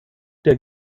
der